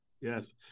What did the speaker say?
Yes